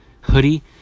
hoodie